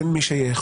אין מי שיאכוף.